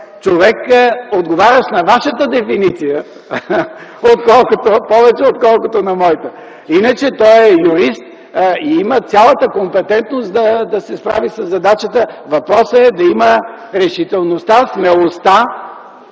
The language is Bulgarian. човек, отговарящ на Вашата дефиниция повече, отколкото на моята. Иначе той е юрист и има цялата компетентност да се справи със задачата. Въпросът е да има решителността, смелостта